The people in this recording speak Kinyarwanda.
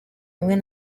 ubumwe